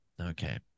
okay